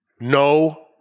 No